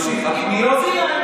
עם המציע, לא.